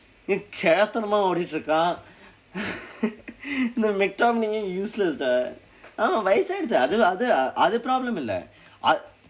ஓடிட்டு இருக்கிறான்:ooditdu irukkiraan இந்த:indtha mctominay eh useless dah ah வயதாகிவிட்டது அது அது அது:vayathaakivitdathu athu athu athu problem இல்லை:illai ah